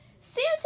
Santa